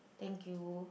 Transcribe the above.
thank you